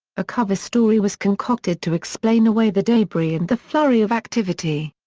a cover story was concocted to explain away the debris and the flurry of activity.